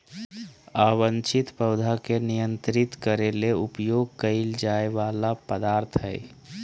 अवांछित पौधा के नियंत्रित करे ले उपयोग कइल जा वला पदार्थ हइ